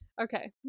Okay